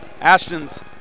Ashton's